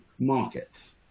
markets